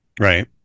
Right